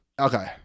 Okay